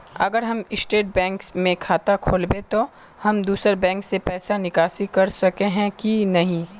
अगर हम State Bank में खाता खोलबे तो हम दोसर बैंक से पैसा निकासी कर सके ही की नहीं?